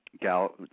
Gal